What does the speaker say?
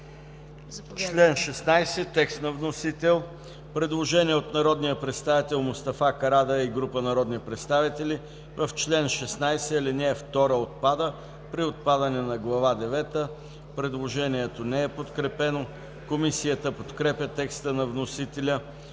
Член 17 е текст на вносител. Има предложение от народния представител Мустафа Карадайъ и група народни представители: „В чл. 17 ал. 3 отпада. (при отпадане на Глава девета)“ Предложението не е подкрепено. Комисията подкрепя текста на вносителя